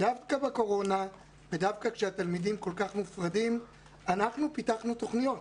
דווקא בקורונה ודווקא כשהתלמידים כל כך מופרדים, אנחנו פיתחנו תוכניות.